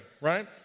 right